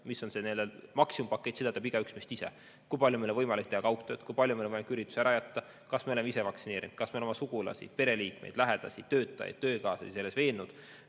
mis on maksimumpakett, seda teab igaüks meist ise. Kui palju on meil võimalik teha kaugtööd, kui palju on meil võimalik üritusi ära jätta, kas me oleme ise vaktsineeritud, kas me oleme oma sugulasi, pereliikmeid, lähedasi, töökaaslasi selles veennud?